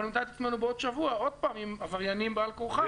אנחנו נמצא את עצמנו בעוד שבוע עוד פעם עם עבריינים בעל כורחם.